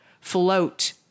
Float